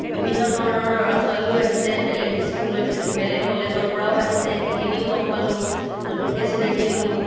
বিভিন্ন ধৰণৰ ল'ৰা ছোৱালীও আহিছে বেলেগ স্কুলে বেলেগ কলেজৰ পৰাও আহিছে সেখিনিও লগ পালো নতুনকৈ চিনাকি হ'লোঁ